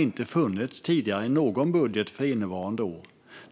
inte har funnits i någon budget för innevarande år.